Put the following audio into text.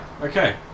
Okay